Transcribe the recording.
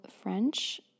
french